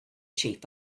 chief